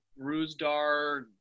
Ruzdar